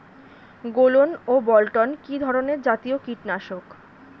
গোলন ও বলটন কি ধরনে জাতীয় কীটনাশক?